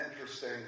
interesting